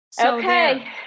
Okay